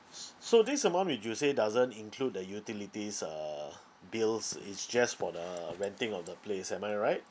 s~ so this amount which you say doesn't include the utilities uh bills it's just for the renting of the place am I right